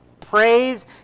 Praise